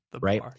Right